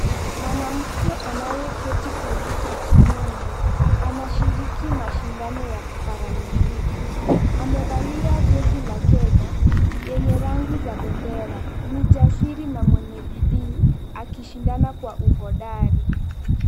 Mwanamke anayeketi kwenye kiti mwendo, anashiriki mashindano ya paraolimpiki. Amevalia jezi la Kenya yenye rangi za bendera. Ni jasiri na mwenye bidii akishindana kwa uhodari.